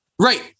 Right